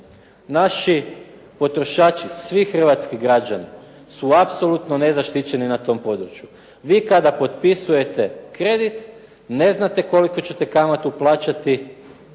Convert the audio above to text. Naši potrošači, svi hrvatski građani su apsolutno nezaštićeni na tom području. Vi kada potpisujete kredit ne znate koliku ćete kamatu plaćati.